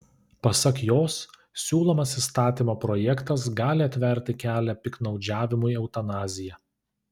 pasak jos siūlomas įstatymo projektas gali atverti kelią piktnaudžiavimui eutanazija